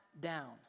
down